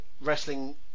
wrestling